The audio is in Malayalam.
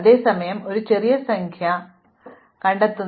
അതിനാൽ അയൽക്കാരെ സ്കാൻ ചെയ്യാനുള്ള സമയം അയൽക്കാർക്ക് നേരിട്ട് മുൻഗണന നൽകുന്നു